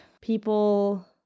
people